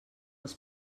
els